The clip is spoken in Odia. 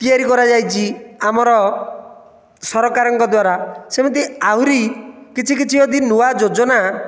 ତିଆରି କରାଯାଇଛି ଆମର ସରକାରଙ୍କ ଦ୍ୱାରା ସେମିତି ଆହୁରି କିଛି କିଛି ଯଦି ନୂଆ ଯୋଜନା